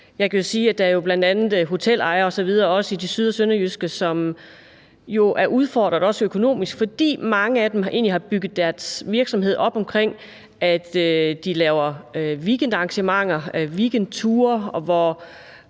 at der bl.a. er hotelejere i det syd- og sønderjyske, som er udfordret økonomisk, fordi mange af dem har bygget deres virksomhed op om, at de laver weekendarrangementer og weekendture, hvor